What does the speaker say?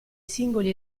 singoli